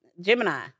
Gemini